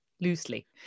loosely